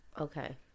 Okay